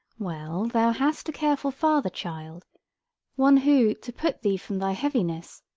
well, thou hast a careful father, child one who, to put thee from thy heaviness,